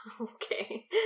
Okay